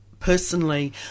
Personally